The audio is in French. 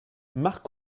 marcq